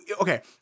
okay